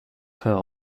her